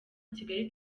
kigali